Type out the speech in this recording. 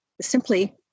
Simply